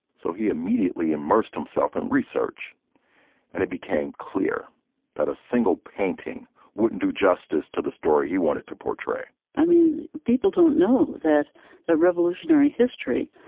so he immediately immersed himself in research and it became clear that a single painting wouldn't do justice to the story he wanted to portray i mean, people don't know that their revolutionary history,